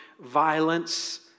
Violence